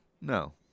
No